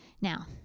Now